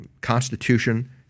Constitution